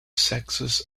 sexes